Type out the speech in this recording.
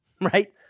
right